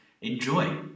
enjoy